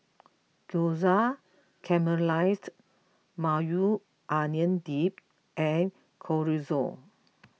Gyoza Caramelized Maui Onion Dip and Chorizo